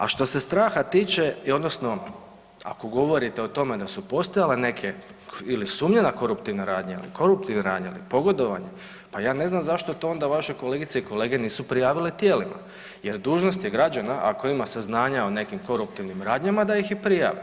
A što se straha tiče odnosno ako govorite o tome da su postojale neke ili sumnje na koruptivne radnje ili koruptivne radnje ili pogodovanje pa ja ne znam zašto to onda vaše kolegice i kolege nisu prijavile tijelima, jer dužnost je građana ako ima saznanja o nekim koruptivnim radnjama da ih i prijavi.